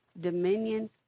Dominion